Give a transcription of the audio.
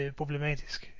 problematisk